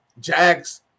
Jags